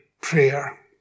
prayer